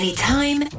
Anytime